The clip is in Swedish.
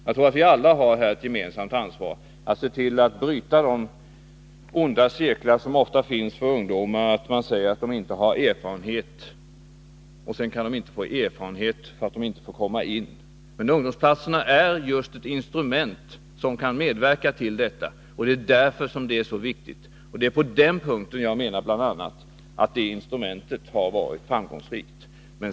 Jag anser att vi alla har ett gemensamt ansvar för att se till att bryta den onda cirkel som ofta finns för ungdomarna genom att de inte kommer in på arbetsmarknaden, därför att de inte har någon erfarenhet, och att de får inte någon erfarenhet, därför att de inte kan komma in på arbetsmarknaden. Ungdomsarbetsplatserna är just ett instrument som kan medverka till en ändring härvidlag. Det är därför som de är så viktiga. Det är bl.a. på den punkten som jag menar att det här instrumentet har varit framgångsrikt.